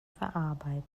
verarbeiten